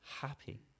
happy